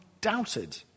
doubted